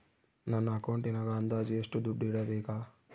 ನನ್ನ ಅಕೌಂಟಿನಾಗ ಅಂದಾಜು ಎಷ್ಟು ದುಡ್ಡು ಇಡಬೇಕಾ?